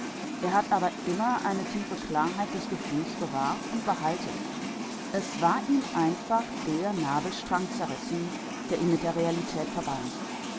er hat aber immer eine tiefe klarheit des gefühls bewahrt und behalten es war ihm einfach der nabelstrang zerrissen der ihn mit der realität